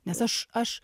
nes aš aš